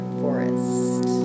forest